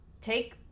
take